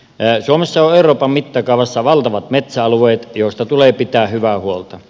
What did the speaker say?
suomessa on euroopan mittakaavassa valtavat metsäalueet joista tulee pitää hyvää huolta